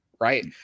Right